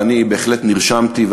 ואני בהחלט נרשמתי,